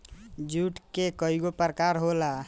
जुट के कइगो प्रकार होला